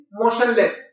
motionless